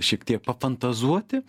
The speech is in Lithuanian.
šiek tiek pafantazuoti